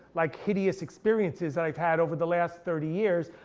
like hideous experiences that i've had over the last thirty years.